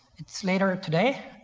it's later today,